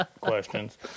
questions